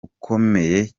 ukomeye